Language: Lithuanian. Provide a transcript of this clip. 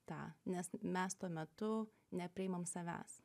tą nes mes tuo metu nepriimam savęs